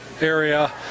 area